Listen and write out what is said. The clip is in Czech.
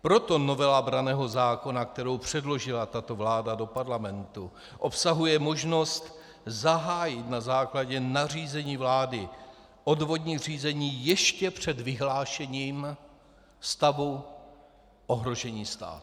Proto novela branného zákona, kterou předložila tato vláda do parlamentu, obsahuje možnost zahájit na základě nařízení vlády odvodní řízení ještě před vyhlášením stavu ohrožení státu.